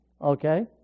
Okay